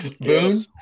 Boom